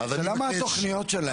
השאלה מה התוכניות שלהם?